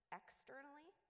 externally